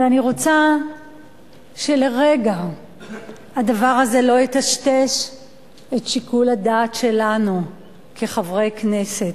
אבל אני רוצה שלרגע הדבר הזה לא יטשטש את שיקול הדעת שלנו כחברי כנסת.